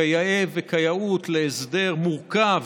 כיאה וכיאות להסדר מורכב,